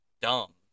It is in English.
dumb